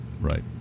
right